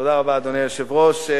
תודה רבה, אדוני היושב-ראש.